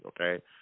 Okay